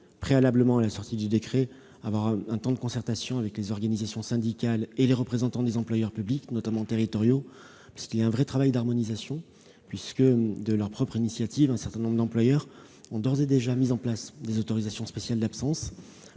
préalablement à la publication de ce décret, nous tenons à disposer d'un temps de concertation avec les organisations syndicales et les représentants des employeurs publics, notamment territoriaux. En effet, un vrai travail d'harmonisation est nécessaire : de leur propre initiative, un certain nombre d'employeurs ont d'ores et déjà mis en place des autorisations spéciales d'absence.